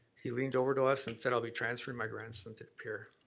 he leaned over to us and said, i'll be transferring my grandson to de pere.